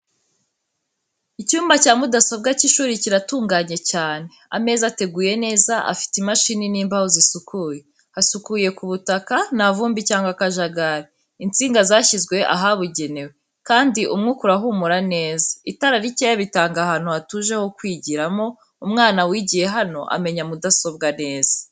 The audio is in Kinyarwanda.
Icyumba cya mudasobwa cy'ishuri kiratunganye cyane. Ameza ateguye neza afite imashini n'imbaho zisukuye. Hasukuye ku butaka, nta ivumbi cyangwa akajagari. Insinga zashyizwe ahabugenewe, kandi umwuka urahumura neza. Itara rikeye bitanga ahantu hatuje ho kwigiramo. Umwana wigiye hano amenya mudasobwa neza.